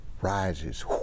rises